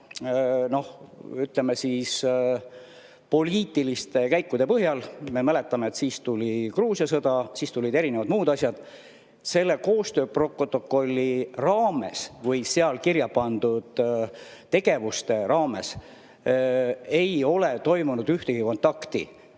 ütleme, poliitiliste käikude tõttu. Me mäletame, et siis tuli Gruusia sõda, siis tulid erinevad muud asjad. Selle koostööprotokolli raames või seal kirja pandud tegevuste raames ei ole toimunud ühtegi kontakti